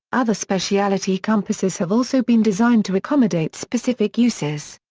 other specialty compasses have also been designed to accommodate specific uses.